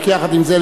רק יחד עם זה,